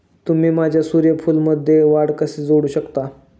तुम्ही माझ्या सूर्यफूलमध्ये वाढ कसे जोडू शकता?